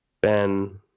Ben